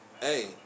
hey